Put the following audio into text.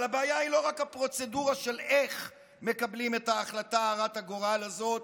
אבל הבעיה היא לא רק הפרוצדורה של איך מקבלים את ההחלטה הרת הגורל הזאת